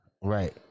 Right